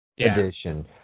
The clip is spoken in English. edition